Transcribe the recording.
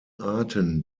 arten